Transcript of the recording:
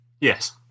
Yes